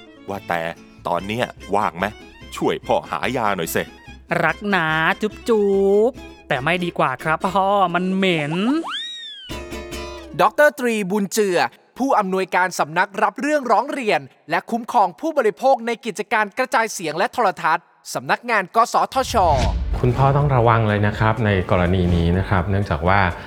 ว่าแต่ตอนเนี้ยว่างไหม? ช่วยพ่อหายาหน่อยสิรักนะจุ๊บจุ๊บ แต่ไม่ดีกว่าครับพ่อ มันเหม็นดอกเตอร์ตรี บุญเจือ ผู้อำนวยการสำนักรับเรื่องร้องเรียนและคุ้มครองผู้บริโภคในกิจการกระจายเสียงและโทรทัศน์ สำนักงานกสทช.คุณพ่อต้องระวังเลยนะครับ ในกรณีนี้นะครับ เนื่องจากว่า